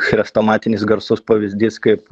chrestomatinis garsus pavyzdys kaip